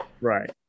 Right